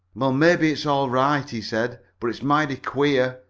well, maybe it's all right, he said, but it's mighty queer.